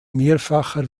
mehrfacher